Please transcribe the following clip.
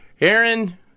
Aaron